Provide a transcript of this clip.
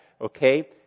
Okay